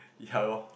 yalor